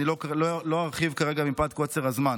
אני לא ארחיב כרגע מפאת קוצר הזמן.